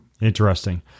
interesting